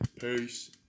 Peace